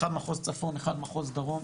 אחד מחוז צפון אחד מחוז דרום.